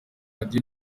radiyo